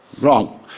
wrong